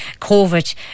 COVID